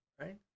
right